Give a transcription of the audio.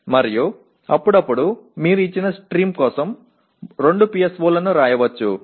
మరియు అప్పుడప్పుడు మీరు ఇచ్చిన స్ట్రీమ్ కోసం 2 PSO లను వ్రాయవచ్చు